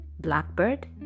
Blackbird